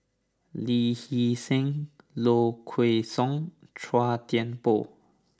Lee Hee Seng Low Kway Song Chua Thian Poh